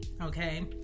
okay